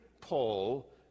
Paul